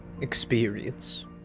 experience